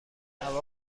هوا